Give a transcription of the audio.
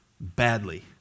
badly